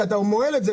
למהול?